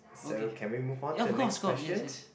so can we move on to the next question